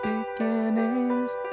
Beginnings